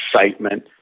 excitement